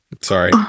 Sorry